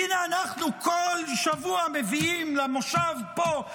הינה אנחנו מביאים למושב פה,